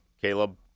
Caleb